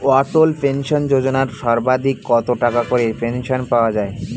অটল pension Yojana সর্বাধিক কত টাকা করে পেনশন পাওয়া যায়?